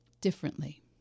differently